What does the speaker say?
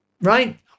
right